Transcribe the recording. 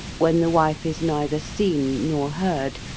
when the wife is neither seen nor heard,